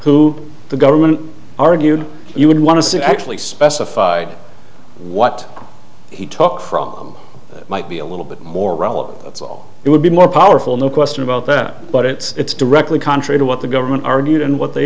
who the government argued you would want to see actually specified what he took from might be a little bit more relevant that's all it would be more powerful no question about that but it's directly contrary to what the government argued and what they